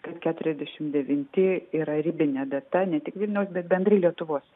kad keturiasdešimt devinti yra ribinė data ne tik vilniaus bet bendrai lietuvos